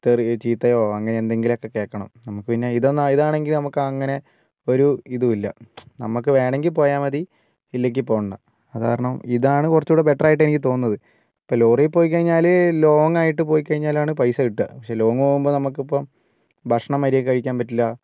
തെറിയോ ചീത്തയോ അങ്ങനെ എന്തെങ്കിലുമൊക്കെ കേൾക്കണം നമുക്ക് പിന്നെ ഇതൊന്ന് ആ ഇതാണെങ്കിൽ നമുക്ക് അങ്ങനെ ഒരു ഇതും ഇല്ല നമ്മൾക്ക് വേണമെങ്കിൽ പോയാൽമതി ഇല്ലെങ്കിൽ പോവണ്ട അതുകാരണം ഇതാണ് കുറച്ചൂകൂടി ബെറ്റർ ആയിട്ട് എനിക്ക് തോന്നുന്നത് ഇപ്പോൾ ലോറിയിൽ പോയിക്കഴിഞ്ഞാൽ ലോങ്ങായിട്ട് പോയി കഴിഞ്ഞാലാണ് പൈസ കിട്ടുക പക്ഷേ ലോങ്ങ് പോകുമ്പോൾ നമ്മൾക്കിപ്പം ഭക്ഷണം മര്യാദയ്ക്ക് കഴിക്കാൻ പറ്റില്ല